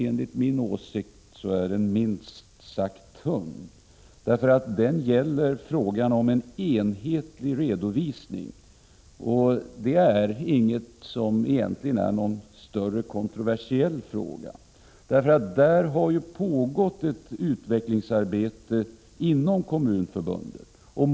Enligt min åsikt är den minst sagt tunn, därför att den gäller frågan om enhetlig redovisning. Det är egentligen inte någon större, kontroversiell fråga. Här har det ju pågått ett utvecklingsarbete inom Kommunförbundet.